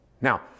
now